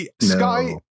Sky